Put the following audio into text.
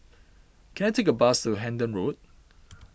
can I take a bus to Hendon Road